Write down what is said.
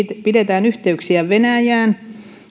pidetään yhteyksiä venäjään